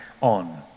on